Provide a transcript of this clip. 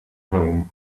home